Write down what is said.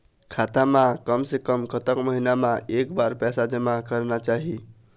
खाता मा कम से कम कतक महीना मा एक बार पैसा जमा करना चाही?